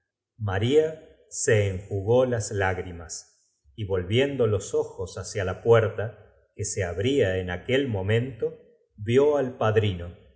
maria se enjugó las lágrimas y volviendo los ojos hacia la puerta que se abría en aquel momento vió al padrino